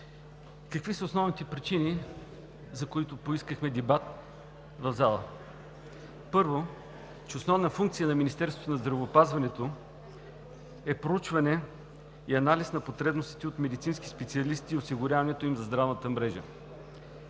Какви са основните причини, за които поискахме дебати в залата? Първо, основна функция на Министерството на здравеопазването е проучване и анализ на потребностите от медицински специалисти и осигуряването им за здравната мрежа.